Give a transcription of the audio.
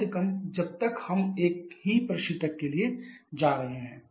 कम से कम जब तक हम एक ही प्रशीतक के लिए जा रहे हैं